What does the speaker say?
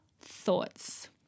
thoughts